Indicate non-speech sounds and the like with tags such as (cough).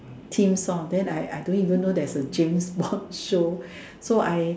theme song then I I don't even know there's a James-Bond (breath) show so I